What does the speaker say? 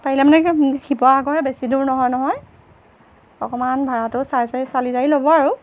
পাৰিলে মানে একে শিৱসাগৰহে বেছি দূৰ নহয় নহয় অকণমান ভাড়াটো চাই চাই চালি জালি ল'ব আৰু